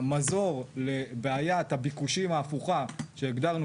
המזור לבעיית הביקושים ההפוכה שהגדרנו